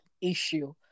issue